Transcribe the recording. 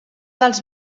dels